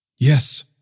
Yes